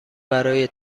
برای